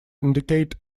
indicate